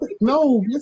No